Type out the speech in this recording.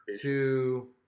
two